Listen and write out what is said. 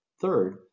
Third